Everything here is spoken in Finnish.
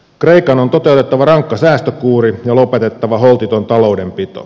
kreikan on toteutettava rankka säästökuuri ja lopetettava holtiton taloudenpito